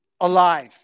alive